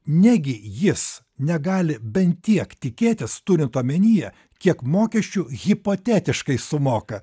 negi jis negali bent tiek tikėtis turint omenyje kiek mokesčių hipotetiškai sumoka